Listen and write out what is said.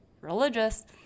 religious